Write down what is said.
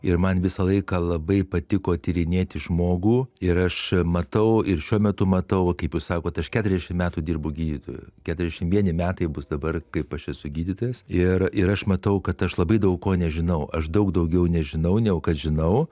ir man visą laiką labai patiko tyrinėti žmogų ir aš matau ir šiuo metu matau kaip jūs sakot aš keturiasdešimt metų dirbu gydytoju keturiasdešimt vieni metai bus dabar kaip aš esu gydytojas ir ir aš matau kad aš labai daug ko nežinau aš daug daugiau nežinau negu kad žinau